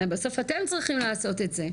בסוף אתם צריכים לעשות את זה.